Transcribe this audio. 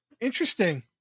interesting